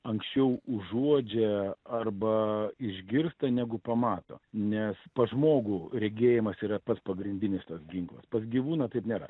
anksčiau užuodžia arba išgirsta negu pamato nes pas žmogų regėjimas yra pats pagrindinis šitas ginklas pas gyvūną taip nėra